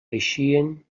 eixien